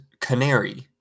canary